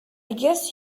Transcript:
guess